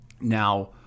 Now